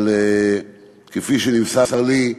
אבל כפי שנמסר לי,